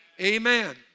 amen